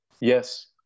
Yes